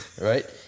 right